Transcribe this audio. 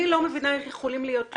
אין שום ניגודי אינטרסים.